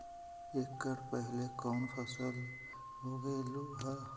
एकड़ पहले कौन फसल उगएलू हा?